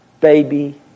baby